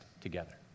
together